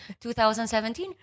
2017